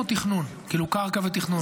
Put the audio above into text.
או קרקע ותכנון?